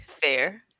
fair